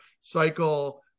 cycle